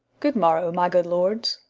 good morrow, my good lords.